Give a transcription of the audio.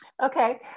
Okay